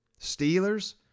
Steelers